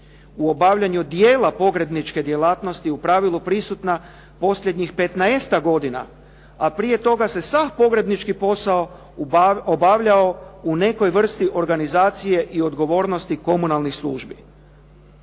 u obavljanju djela pogrebničke djelatnosti u pravilu prisutna posljednjih 15-ak godina a prije toga se sav pogrebnički posao obavljao u nekoj vrsti organizacije i odgovornosti komunalnih službi.